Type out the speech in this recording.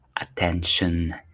attention